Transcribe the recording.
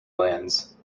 lands